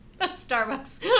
Starbucks